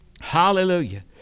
Hallelujah